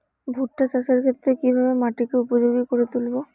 ভুট্টা চাষের ক্ষেত্রে কিভাবে মাটিকে উপযোগী করে তুলবো?